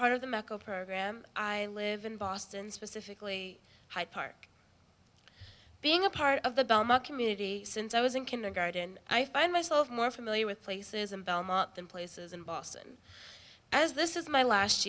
part of the mirco program i live in boston specifically hyde park being a part of the belmont community since i was in kindergarten i find myself more familiar with places in belmont than places in boston as this is my last